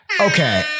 Okay